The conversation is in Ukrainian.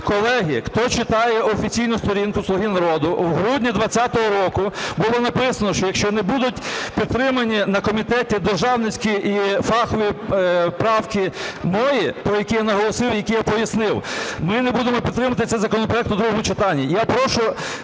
Колеги, хто читає офіційну сторінку "Слуга народу", в грудні 20-го року було написано, що якщо не будуть підтримані на комітеті державницькі і фахові правки мої, про які я наголосив і які я пояснив, ми не будемо підтримувати цей законопроект у другому читанні. Я прошу